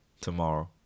Tomorrow